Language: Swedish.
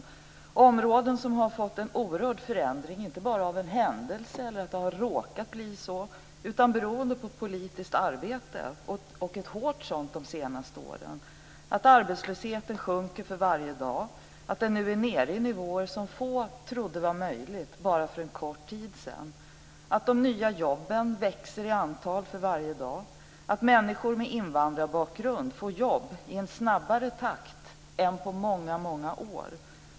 Det är områden där det har skett en oerhörd förändring, inte bara av en händelse eller därför att det har råkat bli så, utan beroende på politiskt arbete och ett hårt sådant arbete de senaste åren. Arbetslösheten sjunker för varje dag. Den är nu nere i nivåer som få trodde var möjliga bara för en kort tid sedan. De nya jobben växer i antal för varje dag. Människor med invandrarbakgrund får jobb i snabbare takt än på många år.